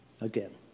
again